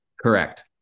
Correct